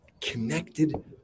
connected